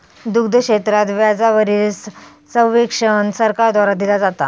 दुग्ध क्षेत्रात व्याजा वरील सब्वेंशन सरकार द्वारा दिला जाता